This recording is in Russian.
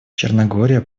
черногория